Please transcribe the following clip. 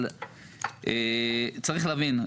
אבל צריך להבין,